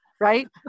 right